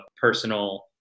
personal